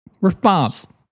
response